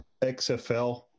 XFL